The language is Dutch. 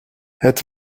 het